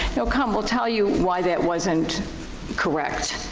know, come, we'll tell you why that wasn't correct.